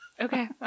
Okay